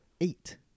eight